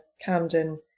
Camden